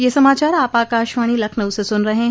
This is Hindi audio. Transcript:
ब्रे क यह समाचार आप आकाशवाणी लखनऊ से सुन रहे हैं